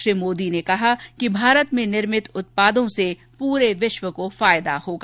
श्री मोदी ने कहा कि भारत में निर्मित जत्पादों से पूरे विश्व को फायदा होगा